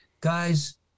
guys